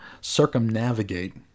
circumnavigate